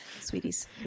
sweeties